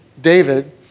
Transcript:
David